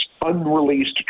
unreleased